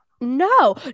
no